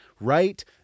right